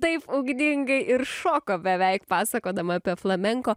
taip ugningai ir šoko beveik pasakodama apie flamenko